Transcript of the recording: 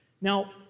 Now